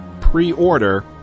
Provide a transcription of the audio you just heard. pre-order